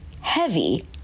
heavy